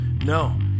No